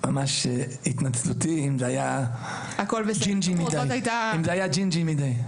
ממש התנצלותי אם זה היה ג'ינג'י מידי.